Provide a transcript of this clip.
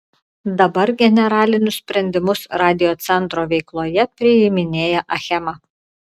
dabar generalinius sprendimus radiocentro veikloje priiminėja achema